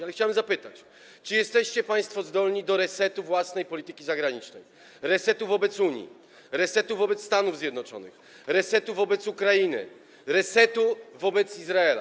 Ale chciałem zapytać, czy jesteście państwo zdolni do resetu własnej polityki zagranicznej: resetu wobec Unii, resetu wobec Stanów Zjednoczonych, resetu wobec Ukrainy, resetu wobec Izraela.